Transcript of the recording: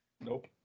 nope